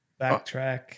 backtrack